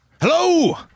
Hello